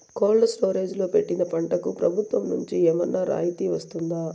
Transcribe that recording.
Cold storage లో పెట్టిన పంటకు ప్రభుత్వం నుంచి ఏమన్నా రాయితీ వస్తుందా?